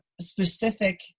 specific